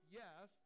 yes